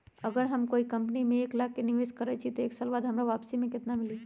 अगर हम कोई कंपनी में एक लाख के निवेस करईछी त एक साल बाद हमरा वापसी में केतना मिली?